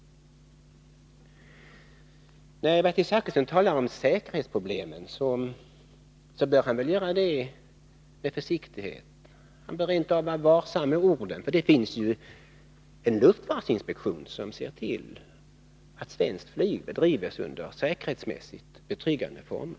När Bertil Zachrisson talar om säkerhetsproblemen bör han göra det med försiktighet. Han bör rent av vara varsam med orden. För det finns ju en luftfartsinspektion som ser till att svenskt flyg bedrivs under säkerhetsmässigt betryggande former.